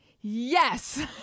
Yes